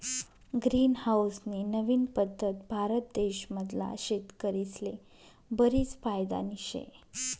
green house नी नवीन पद्धत भारत देश मधला शेतकरीस्ले बरीच फायदानी शे